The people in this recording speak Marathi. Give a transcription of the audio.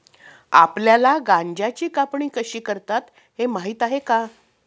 आपल्याला गांजाची कापणी कशी करतात हे माहीत आहे का?